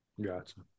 Gotcha